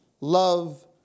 love